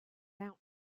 out